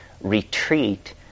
retreat